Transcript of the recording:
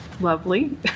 lovely